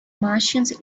martians